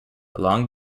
along